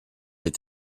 est